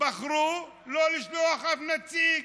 בחרו שלא לשלוח אף נציג